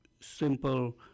simple